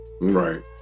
Right